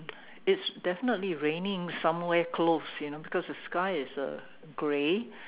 it's definitely raining somewhere close you know because the sky is uh gray